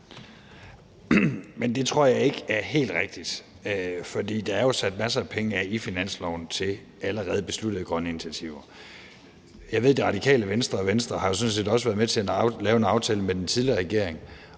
Men det tror jeg ikke er helt rigtigt. For der er jo sat masser af penge af i finansloven til allerede besluttede grønne initiativer. Jeg ved jo, at Radikale Venstre og Venstre sådan set også har været med til at lave en aftale med den tidligere regering